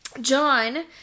John